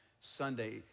Sunday